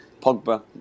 Pogba